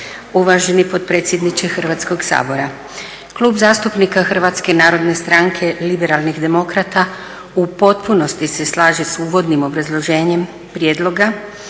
uvaženi potpredsjedniče Hrvatskog sabora. Klub zastupnika HNS-a Liberalnih demokrata u potpunosti se slaže s uvodnim obrazloženjem prijedloga